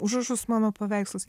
užrašus mano paveikslas